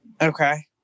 okay